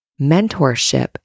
mentorship